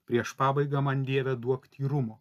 prieš pabaigą man dieve duok tyrumo